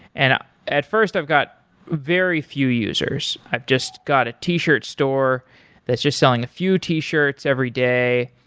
and at first i've got very few users. i've just got a t-shirt store that's just selling a few t-shirts every day,